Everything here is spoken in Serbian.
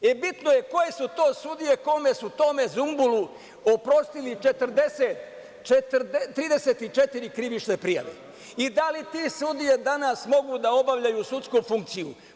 E, bitno je koje su to sudije koje su tom zumbulu oprostili 34 krivične prijave i da li te sudije danas mogu da obavljaju sudsku funkciju?